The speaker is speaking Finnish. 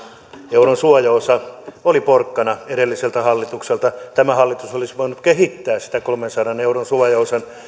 euron suojaosa oli porkkana edelliseltä hallitukselta tämä hallitus olisi voinut kehittää kolmensadan euron suojaosan